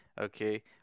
Okay